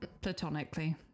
platonically